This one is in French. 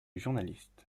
journaliste